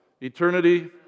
Eternity